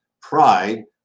pride